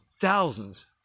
thousands